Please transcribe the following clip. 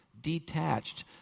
detached